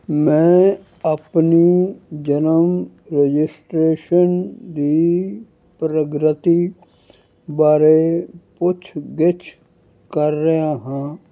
ਮੈਂ ਆਪਣੀ ਜਨਮ ਰਜਿਸਟ੍ਰੇਸ਼ਨ ਦੀ ਪ੍ਰਗਤੀ ਬਾਰੇ ਪੁੱਛ ਗਿੱਛ ਕਰ ਰਿਹਾ ਹਾਂ